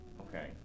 Okay